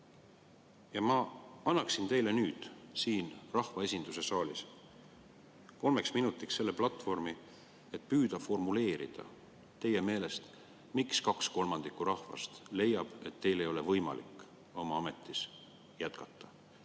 Ja ma annaksin teile nüüd siin, rahvaesinduse saalis kolmeks minutiks selle platvormi, et te püüaksite formuleerida, miks kaks kolmandikku rahvast leiab, et teil ei ole võimalik oma ametis jätkata.